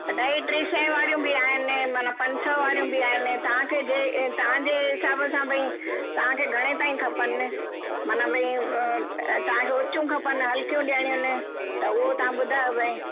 अढाई ट्रे सै वारियूं बि आहिन मन पंज सौ वारियूं बि आहिन तांखे जे तांजे हिसाब सां भई तांखे घणे तांई खपन मन भई अ तांखे उचियूं खपन हल्की ॾियणियूं आहिन उअ तां ॿुधायो भई